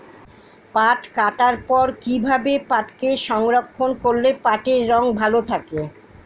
পাট কাটার পর কি ভাবে পাটকে সংরক্ষন করলে পাটের রং ভালো থাকে?